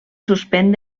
suspèn